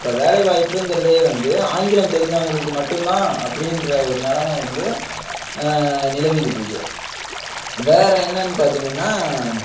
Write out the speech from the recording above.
இப்போ வேலைவாய்ப்புங்கிறதே வந்து ஆங்கிலம் தெரிந்தவங்களுக்கு மட்டும்தான் அப்படின்ற ஒரு நெலமை வந்து நிலவிக்கிட்டு இருக்குது வேறு என்னன்னு பார்த்திங்கன்னா